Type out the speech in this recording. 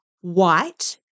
white